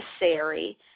necessary